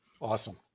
Awesome